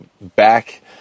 back